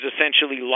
essentially